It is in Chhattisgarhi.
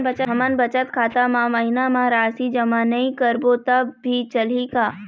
हमन बचत खाता मा महीना मा राशि जमा नई करबो तब भी चलही का?